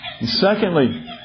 Secondly